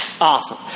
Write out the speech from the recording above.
Awesome